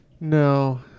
No